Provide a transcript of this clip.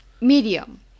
Medium